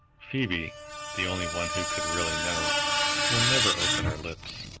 phoebe the only one who could really know will never open her lips.